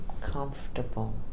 Comfortable